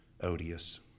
odious